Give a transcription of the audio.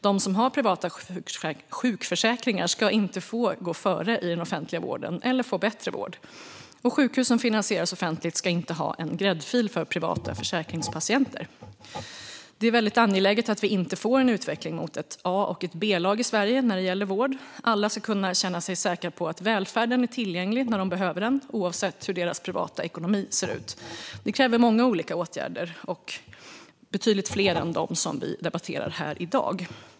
De som har privata sjukförsäkringar ska inte få gå före i den offentliga vården eller få bättre vård, och sjukhus som finansieras offentligt ska inte ha en gräddfil för privata försäkringspatienter. Det är väldigt angeläget att vi inte får en utveckling mot ett A och ett B-lag i Sverige när det gäller vård. Alla ska kunna känna sig säkra på att välfärden är tillgänglig när de behöver den, oavsett hur deras privata ekonomi ser ut. Detta kräver många olika åtgärder, betydligt fler än dem som vi debatterar här i dag.